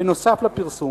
בנוסף לפרסום.